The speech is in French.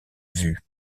vue